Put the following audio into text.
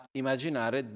immaginare